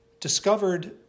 discovered